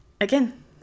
again